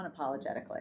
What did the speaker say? unapologetically